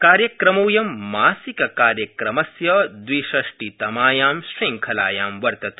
कार्यक्रमोऽयं मासिककार्यक्रमस्य द्विषष्टितमायां श्रंखलायां वर्तते